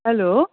hello